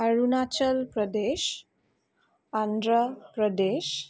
Arunachal Pradesh Andhra Pradesh